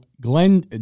Glenn